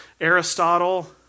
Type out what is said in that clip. Aristotle